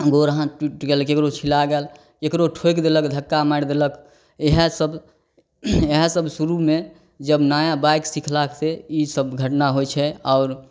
गोड़ हाथ टुटि गेल ककरो छिला गेल ककरो ठोकि देलक धक्का मारि देलक इएहसब इएहसब शुरूमे जब नया बाइक सिखलक से ईसब घटना होइ छै आओर